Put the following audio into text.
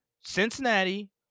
Cincinnati